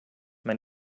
men